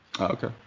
Okay